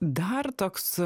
dar toks